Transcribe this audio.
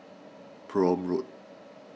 Prome Road